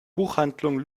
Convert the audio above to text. buchhandlung